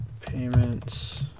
Payments